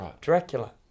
Dracula